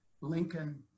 Lincoln